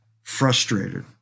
frustrated